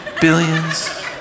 Billions